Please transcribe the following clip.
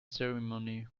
ceremony